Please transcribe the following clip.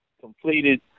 completed